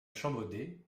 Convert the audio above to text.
champbaudet